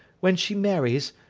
when she marries,